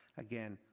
again,